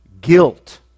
guilt